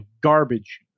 garbage